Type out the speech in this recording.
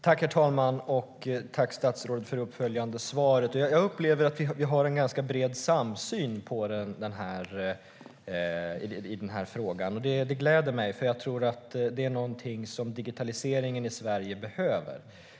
Herr talman! Tack, statsrådet, för det uppföljande svaret! Jag upplever att vi har en ganska bred samsyn i den här frågan. Det gläder mig, för jag tror att det är något som digitaliseringen i Sverige behöver.